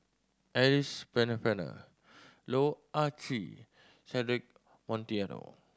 Alice Pennefather Loh Ah Chee Cedric Monteiro